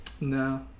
No